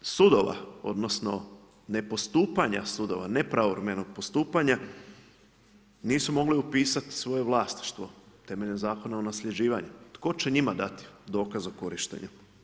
sudova odnosno ne postupanja sudova, nepravovremenog postupanja nisu mogli upisati svoje vlasništvo temeljem Zakona o nasljeđivanju, tko će njima dati dokaz o korištenju.